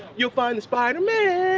you'll find the spider man.